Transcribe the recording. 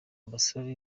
basore